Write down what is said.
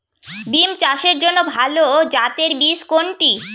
বিম চাষের জন্য ভালো জাতের বীজ কোনটি?